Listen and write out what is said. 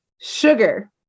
sugar